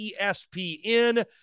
ESPN